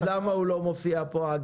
למה הוא לא מופיע פה?